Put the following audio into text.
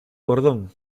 cordón